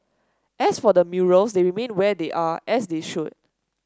as for the murals they remain where they are as they should